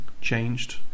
changed